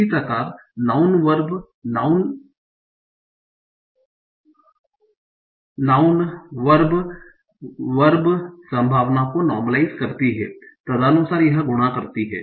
इसी प्रकार noun verb noun noun verb verb संभावना को नार्मलाइस करती है तदनुसार यह गुणा करती है